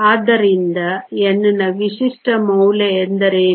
ಆದ್ದರಿಂದ N ನ ವಿಶಿಷ್ಟ ಮೌಲ್ಯ ಎಂದರೇನು